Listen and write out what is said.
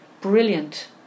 brilliant